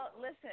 Listen